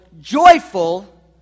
joyful